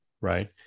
right